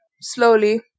Slowly